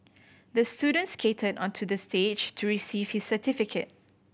the student skated onto the stage to receive his certificate